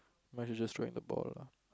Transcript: mine is just strike the ball lah